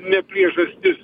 ne priežastis